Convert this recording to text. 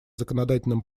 законодательном